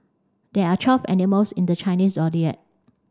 there are twelve animals in the Chinese Zodiac